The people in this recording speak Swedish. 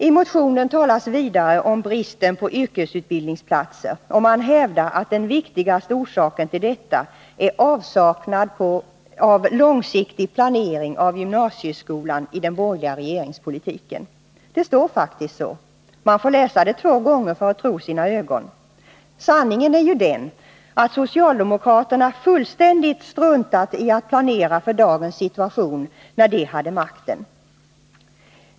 I motionen talas vidare om bristen på yrkesutbildningsplatser, och man hävdar att den viktigaste orsaken till detta är avsaknad av långsiktig planering av gymnasieskolan i den borgerliga regeringspolitiken. Det står faktiskt så. Man får läsa det två gånger för att tro sina ögon. Sanningen är ju den, att socialdemokraterna fullständigt struntade i att planera för dagens situation när de hade makten.